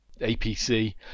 APC